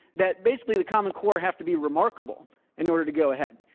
that basically the common core have to be remarkable in order to go ahead.